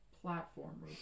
platform